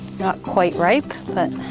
not quite ripe but